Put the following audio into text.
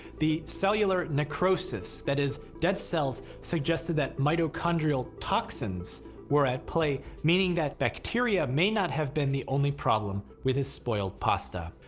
the cellular necrosis, that is, dead cells suggested that mitochondrial toxins were at play meaning that bacteria may not have been the only problem with his spoiled pasta.